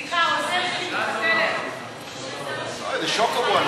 סליחה, איזה שוקו, על